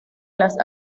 las